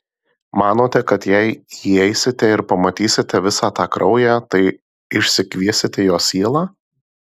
manote kad jei įeisite ir pamatysite visą tą kraują tai išsikviesite jos sielą